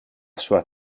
sua